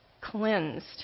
cleansed